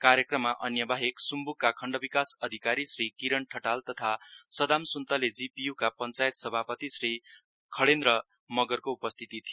कार्यक्रममा अन्य बाहेक स्म्ब्कका खण्ड विकास अधिकारी श्री किरण ठटाल तथा सदाम स्न्तले जीपीयू का पञ्चायत सभापति श्री खडेन्द्र मगरको उपस्थिति थियो